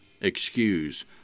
excuse